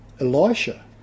Elisha